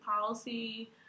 policy